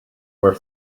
were